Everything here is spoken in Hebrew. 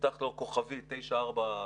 נפתח לו כוכבית 9421,